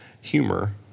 Humor